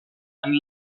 and